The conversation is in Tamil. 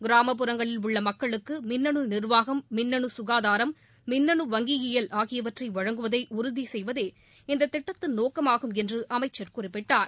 கிராமப் புறங்களில் உள்ள மக்களுக்கு மின்னனு நிர்வாகம் மின்னனு சுகாதாரம் மின்னனு வங்கியியல் ஆகியவற்றை வழங்குவதை உறுதி செய்வதே இந்தத் திட்டத்தின் நோக்கமாகும் என்று அமைச்சர் குறிப்பிட்டார்